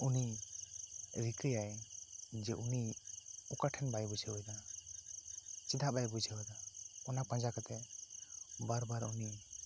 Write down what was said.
ᱩᱱᱤ ᱨᱤᱠᱟᱹᱭᱟᱭ ᱡᱮ ᱩᱱᱤ ᱚᱠᱟ ᱴᱷᱮᱱ ᱵᱟᱭ ᱵᱩᱡᱷᱟᱹᱮᱫᱟ ᱪᱮᱫᱟᱜ ᱵᱟᱭ ᱵᱩᱡᱷᱟᱹᱣ ᱮᱫᱟ ᱚᱱᱟ ᱯᱟᱸᱡᱟ ᱠᱟᱛᱮ ᱵᱟᱨ ᱵᱟᱨ ᱩᱱᱤ